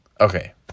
Okay